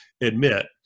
admit